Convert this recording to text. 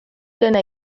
rena